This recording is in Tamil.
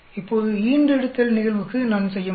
இப்போது ஈன்றெடுத்தல் நிகழ்வுக்கு நான் செய்ய முடியும்